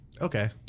okay